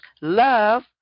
love